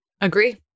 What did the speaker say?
Agree